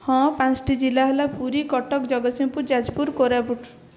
ହଁ ପାଞ୍ଚଟି ଜିଲ୍ଲା ହେଲା ପୁରୀ କଟକ ଜଗତସିଂହପୁର ଯାଜପୁର କୋରାପୁଟ